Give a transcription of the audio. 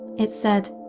it said,